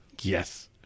Yes